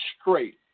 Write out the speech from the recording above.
straight